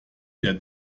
wir